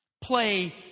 play